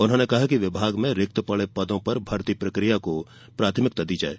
उन्होंने कहा कि विभाग में रिक्त पड़े पदों पर भर्ती प्रक्रिया को प्राथमिकता दी जाये